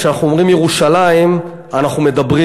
כשאנחנו אומרים ירושלים אנחנו מדברים